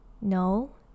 no